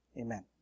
Amen